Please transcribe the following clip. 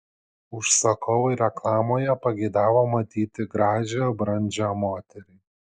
užsakovai reklamoje pageidavo matyti gražią brandžią moterį